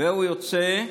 והוא יוצא,